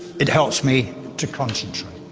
it helps me to concentrate,